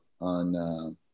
on